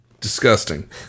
disgusting